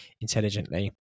intelligently